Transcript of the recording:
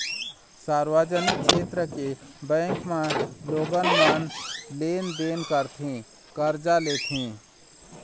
सार्वजनिक छेत्र के बेंक म लोगन मन लेन देन करथे, करजा लेथे